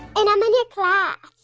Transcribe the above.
and i'm in a class.